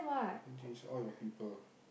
this is all your people